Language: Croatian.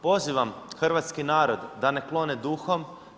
Pozivam hrvatski narod da ne klone duhom.